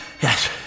Yes